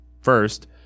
first